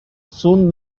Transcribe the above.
soon